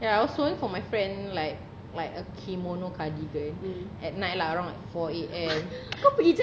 ya I was sewing for my friend like like a kimono cardigan at night lah around four A_M